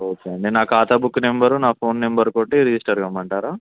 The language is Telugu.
ఓకే అండి నేను నా ఖాతా బుక్ నంబర్ నా ఫోన్ నంబర్ తోటి రిజిస్టర్ కామ్మంటారా